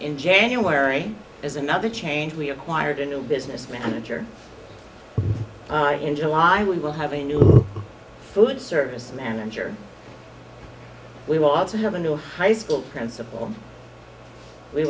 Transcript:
in january is another change we acquired a new business manager in july we will have a new food service manager we will also have a new high school principal we